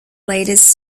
latest